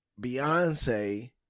Beyonce